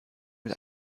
mit